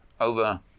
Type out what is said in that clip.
over